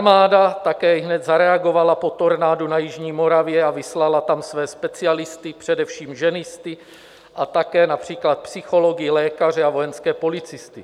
Armáda také hned zareagovala po tornádu na jižní Moravě a vyslala tam své specialisty, především ženisty, a také například psychology, lékaře a vojenské policisty.